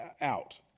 out